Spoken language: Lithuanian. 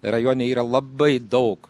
rajone yra labai daug